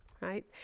right